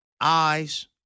eyes